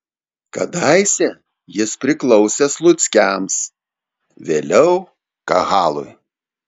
kadaise jis priklausė sluckiams vėliau kahalui